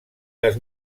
les